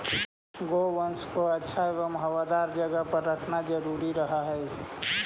गोवंश को स्वच्छ एवं हवादार जगह पर रखना जरूरी रहअ हई